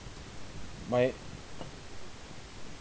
my